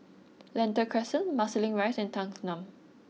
Lentor Crescent Marsiling Rise and Thanggam